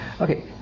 Okay